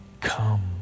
come